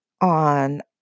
on